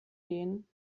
gehen